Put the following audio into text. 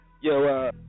Yo